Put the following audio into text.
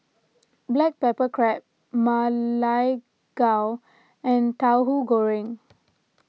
Black Pepper Crab Ma Lai Gao and Tauhu Goreng